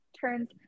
turns